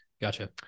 Gotcha